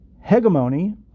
hegemony